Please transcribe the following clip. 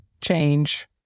change